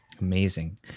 Amazing